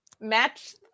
match